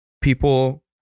people